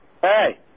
Hey